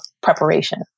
preparation